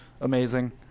amazing